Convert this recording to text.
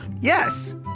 Yes